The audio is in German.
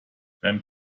beim